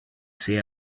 say